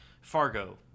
Fargo